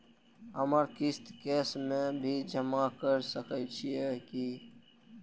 हमर किस्त कैश में भी जमा कैर सकै छीयै की?